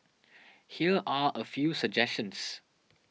here are a few suggestions